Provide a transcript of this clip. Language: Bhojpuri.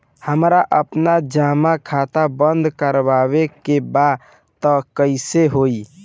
हमरा आपन जमा खाता बंद करवावे के बा त कैसे होई?